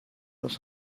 was